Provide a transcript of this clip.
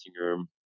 room